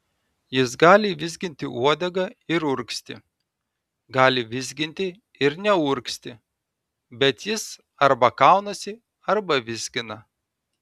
jis gali vizginti uodegą ir urgzti gali vizginti ir neurgzti bet jis arba kaunasi arba vizgina